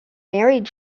married